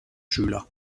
schüler